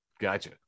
Gotcha